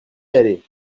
aller